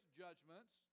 judgments